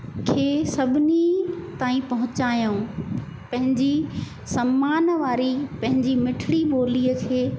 खे सभिनी ताईं पोहंचायूं पंहिंजी सम्मान वारी पंहिंजी मिठड़ी ॿोलीअ खे